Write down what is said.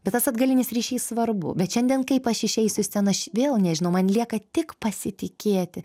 bet tas atgalinis ryšys svarbu bet šiandien kaip aš išeisiu į sceną aš vėl nežinau man lieka tik pasitikėti